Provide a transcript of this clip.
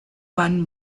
won